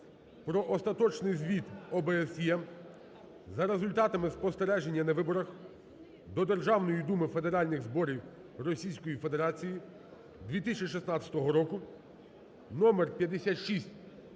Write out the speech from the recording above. "Про Остаточний Звіт ОБСЄ за результатами спостереження на виборах до Державної Думи Федеральних Зборів Російської Федерації 2016 року" (№